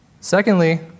Secondly